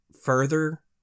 further